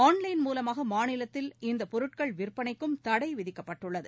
on line மூலமாக மாநிலத்தில் இப்பொருட்கள் விற்பனைக்கும் தடை விதிக்கப்பட்டுள்ளது